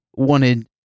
wanted